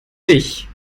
dich